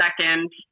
second